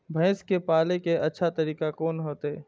भैंस के पाले के अच्छा तरीका कोन होते?